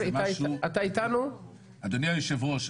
אדוני היושב-ראש,